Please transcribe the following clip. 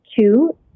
two